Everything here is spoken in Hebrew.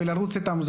ולרוץ איתם.